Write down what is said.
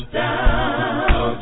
down